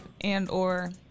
and/or